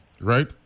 Right